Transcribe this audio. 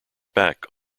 back